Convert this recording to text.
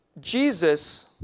Jesus